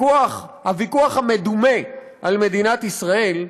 הוויכוח המדומה, על מדינת ישראל,